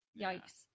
Yikes